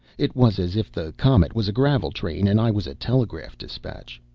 it was as if the comet was a gravel-train and i was a telegraph despatch.